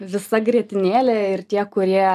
visa grietinėlė ir tie kurie